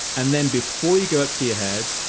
and then before you go up to your head,